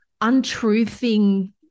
untruthing